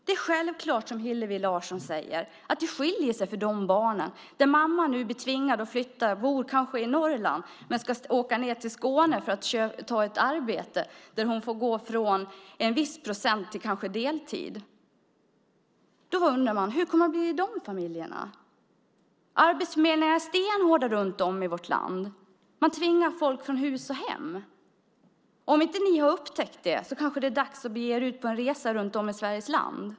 Det är självklart, som Hillevi Larsson säger, att det blir skillnad för de barn där mamman blir tvingad att flytta. De bor kanske i Norrland, men hon ska åka till Skåne för att ta ett arbete där hon kanske får gå från en viss procent till deltid. Man kan undra hur det blir i de familjerna. Arbetsförmedlingen i vårt land är stenhård. Man tvingar folk från hus och hem. Om ni inte har upptäckt det kanske det är dags att ni ger er ut på en resa i Sveriges land.